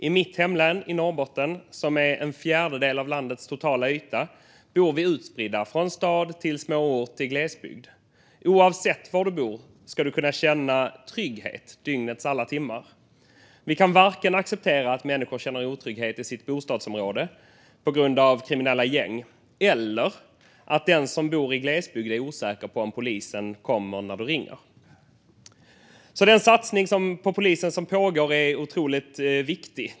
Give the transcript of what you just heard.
I mitt hemlän Norrbotten, som är en fjärdedel av landets totala yta, bor vi utspridda, från stad till småort till glesbygd. Men oavsett var du bor ska du kunna känna trygghet dygnets alla timmar. Vi kan varken acceptera att människor känner otrygghet i sitt bostadsområde på grund av kriminella gäng eller att den som bor i glesbygd är osäker på om polisen kommer när man ringer. Den satsning på polisen som pågår är därför otroligt viktig.